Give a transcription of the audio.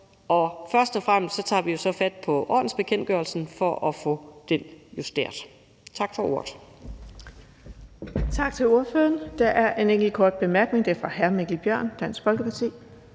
og først og fremmest tager vi jo fat på ordensbekendtgørelsen for at få den justeret. Tak for ordet.